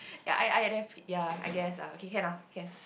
ya I I ya I guess ah okay can ah can